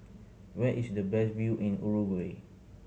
where is the best view in Uruguay